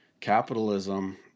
capitalism